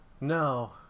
no